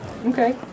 Okay